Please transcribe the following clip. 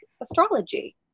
astrology